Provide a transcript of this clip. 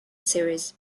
series